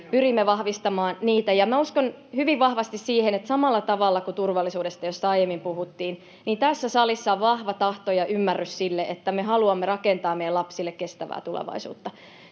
Pyrimme vahvistamaan niitä. Minä uskon hyvin vahvasti siihen, että, samalla tavalla kuin turvallisuudesta, josta aiemmin puhuttiin, tässä salissa on vahva tahto ja ymmärrys sille, että me haluamme rakentaa meidän lapsille kestävää tulevaisuutta.